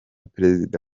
perezida